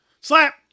Slap